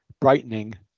brightening